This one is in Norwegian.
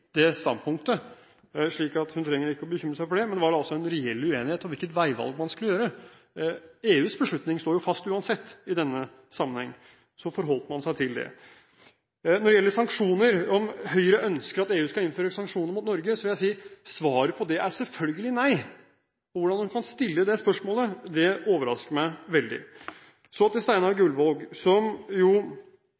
det standpunktet – slik at hun trenger ikke å bekymre seg for det. Men det var altså en reell uenighet om hvilket veivalg man skulle gjøre. EUs beslutning står jo fast uansett i denne sammenheng. Så forholdt man seg til det. Når det gjelder spørsmålet om hvorvidt Høyre ønsker at EU skal innføre sanksjoner mot Norge, vil jeg si at svaret på det selvfølgelig er nei. Hvordan hun kan stille det spørsmålet, overrasker meg veldig. Så til Steinar